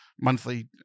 monthly